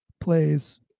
plays